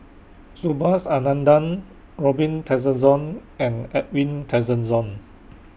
Subhas Anandan Robin Tessensohn and Edwin Tessensohn